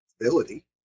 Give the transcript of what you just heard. ability